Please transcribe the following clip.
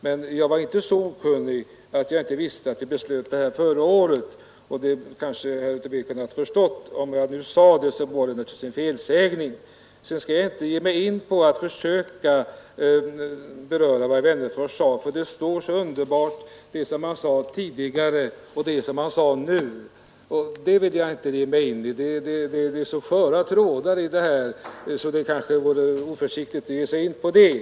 Men jag var inte så okunnig att jag inte visste vad vi beslöt förra året. Herr Tobé borde kanske ha förstått att jag måste ha gjort en felsägning. Jag skall inte ge mig in på vad herr Wennerfors s så rart mot det som han sade tidigare. Men det är så sköra trådar att det vore nog oförsiktigt att röra vid dem.